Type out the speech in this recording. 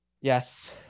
Yes